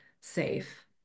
safe